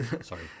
Sorry